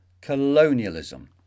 colonialism